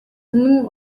үнэн